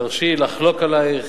תרשי לי לחלוק עלייך,